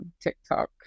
TikTok